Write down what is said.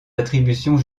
attributions